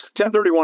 1031